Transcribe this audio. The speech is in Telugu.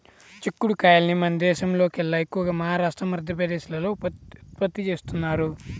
చిక్కుడు కాయల్ని మన దేశంలోకెల్లా ఎక్కువగా మహారాష్ట్ర, మధ్యప్రదేశ్ లో ఉత్పత్తి చేత్తారు